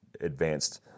advanced